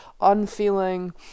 unfeeling